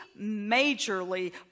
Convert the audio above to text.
majorly